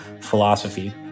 philosophy